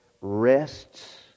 rests